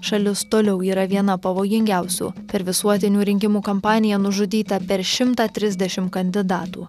šalis toliau yra viena pavojingiausių per visuotinių rinkimų kampaniją nužudyta per šimtą trisdešim kandidatų